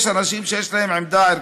יש אנשים שיש להם עמדה ערכית.